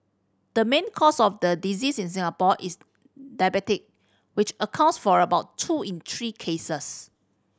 the main cause of the diseases in Singapore is diabetes which accounts for about two in three cases